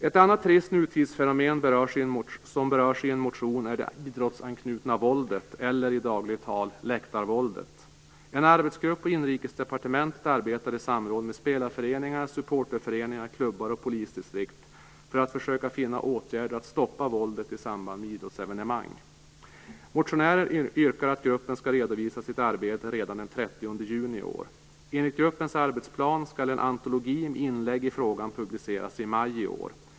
Ett annat trist nutidsfenomen som berörs i en motion är det idrottsanknutna våldet, eller i dagligt tal läktarvåldet. En arbetsgrupp på Inrikesdepartementet arbetar i samråd med spelarföreningar, supporterföreningar, klubbar och polisdistrikt för att försöka finna åtgärder att stoppa våldet i samband med idrottsevenemang. Motionären yrkar att gruppen skall redovisa sitt arbete redan den 30 juni i år. Enligt gruppens arbetsplan skall en antologi med inlägg i frågan publiceras i maj i år.